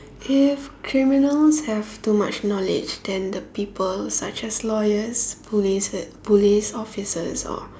if criminals have too much knowledge then the people such as lawyers police police officers or